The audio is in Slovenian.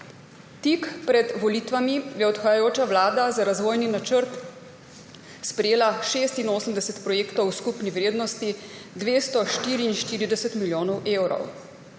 Tik pred volitvami je odhajajoča vlada za razvojni načrt sprejela 86 projektov v skupni vrednosti 244 milijonov evrov.